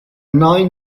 nine